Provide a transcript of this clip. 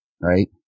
right